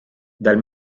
dal